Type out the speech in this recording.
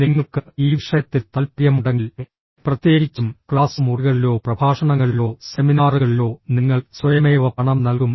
നിങ്ങൾക്ക് ഈ വിഷയത്തിൽ താൽപ്പര്യമുണ്ടെങ്കിൽ പ്രത്യേകിച്ചും ക്ലാസ് മുറികളിലോ പ്രഭാഷണങ്ങളിലോ സെമിനാറുകളിലോ നിങ്ങൾ സ്വയമേവ പണം നൽകും